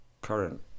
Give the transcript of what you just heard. current